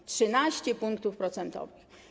To 13 punktów procentowych.